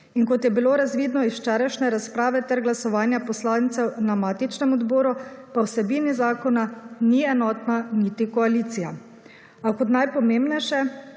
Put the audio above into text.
In kot je bilo razvidno iz včerajšnje razprave ter glasovanja poslancev na matičnem odboru pa o vsebini zakona ni enotna niti koalicija. A kot najpomembnejše